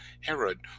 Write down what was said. Herod